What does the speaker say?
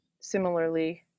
similarly